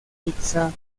pizza